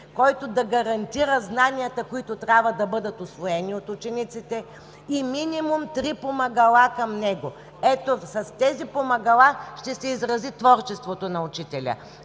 който да гарантира знанията, които трябва да бъдат усвоени от учениците, и минимум три помагала към него. Ето, с тези помагала ще се изрази творчеството на учителя,